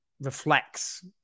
reflects